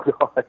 God